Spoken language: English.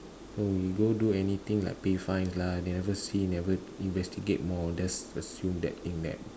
no we go do anything like pay fines lah never see never investigate know just assume that think that